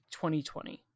2020